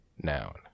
noun